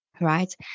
Right